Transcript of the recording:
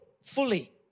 fully